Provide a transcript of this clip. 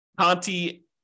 Conti